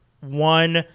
one